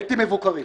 בלתי מבוקרים.